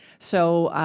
so,